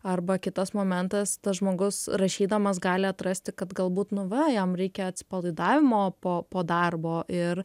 arba kitas momentas tas žmogus rašydamas gali atrasti kad galbūt nu va jam reikia atsipalaidavimo po po darbo ir